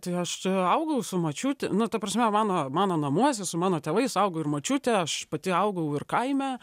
tai aš augau su močiute nu ta prasme mano mano namuose su mano tėvais augo ir močiutė aš pati augau ir kaime